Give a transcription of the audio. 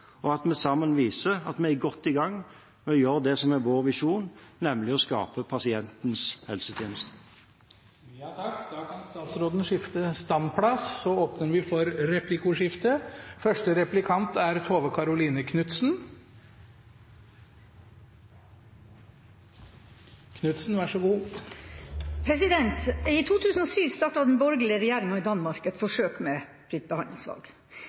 side, at vi nok en gang viser at vi samles om å styrke pasientens rettigheter, og at vi sammen viser at vi er godt i gang med å gjøre det som er vår visjon, nemlig å skape pasientens helsetjeneste. Det blir replikkordskifte. I 2007 startet den borgerlige regjeringa i Danmark et forsøk med fritt behandlingsvalg.